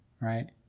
right